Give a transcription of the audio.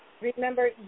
Remember